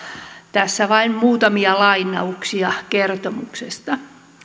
tässä vain muutamia lainauksia kertomuksesta